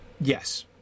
Yes